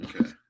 Okay